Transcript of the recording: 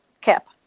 cap